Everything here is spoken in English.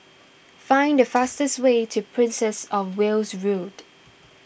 find the fastest way to Princess of Wales Road